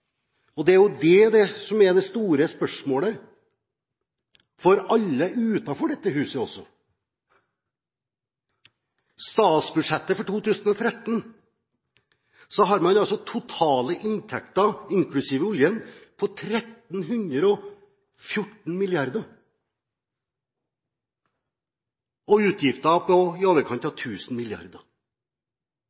og det er jo det som er det store spørsmålet for alle utenfor dette huset også. I statsbudsjettet for 2013 har man totale inntekter, inklusiv oljen, på 1 314 mrd. kr, og utgifter på i overkant av